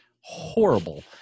horrible